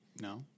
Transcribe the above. No